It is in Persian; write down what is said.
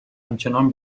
همچنان